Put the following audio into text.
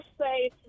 say